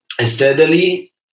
steadily